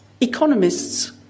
economists